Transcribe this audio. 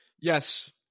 Yes